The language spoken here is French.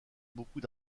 beaucoup